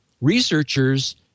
researchers